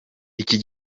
iki